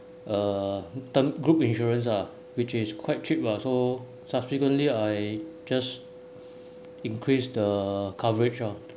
uh term group insurance ah which is quite cheap lah so subsequently I just increased the coverage ah